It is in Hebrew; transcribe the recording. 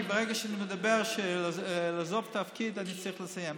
כי ברגע שאני מדבר על עזיבת תפקיד אני צריך לסיים,